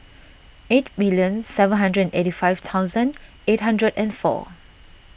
eighty million seven hundred eighty five thousand eight hundred and four